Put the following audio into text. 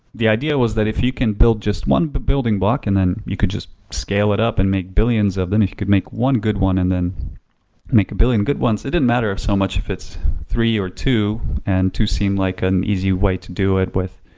the idea was that if you can build just one but building block and then you could just scale it up and make billions of them, if you could make one good one and then make a billion good ones, it didn't matter so much if it's three or two and two seemed like an easy way to do it with,